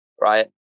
right